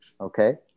okay